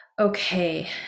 okay